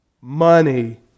money